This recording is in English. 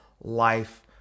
life